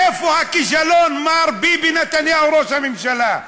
איפה הכישלון, מר ביבי נתניהו, ראש הממשלה?